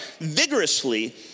vigorously